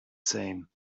same